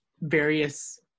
various